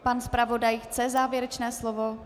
Pan zpravodaj chce závěrečné slovo?